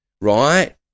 Right